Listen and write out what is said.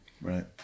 right